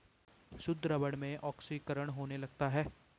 शुद्ध रबर में ऑक्सीकरण होने लगता है